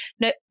no